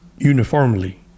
uniformly